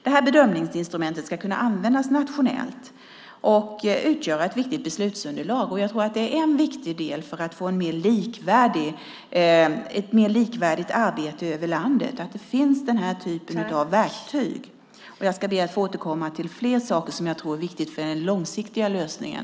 Det här bedömningsinstrumentet ska kunna användas nationellt och utgöra ett viktigt beslutsunderlag. Jag tror att det är en viktig del för att få ett mer likvärdigt arbete över landet att det finns den här typen av verktyg. Jag ska be att få återkomma till fler saker som jag tror är viktiga för den långsiktiga lösningen.